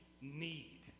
need